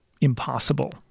impossible